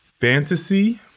fantasy